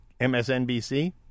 MSNBC